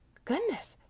goodness!